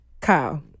Kyle